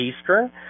Eastern